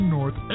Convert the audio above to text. North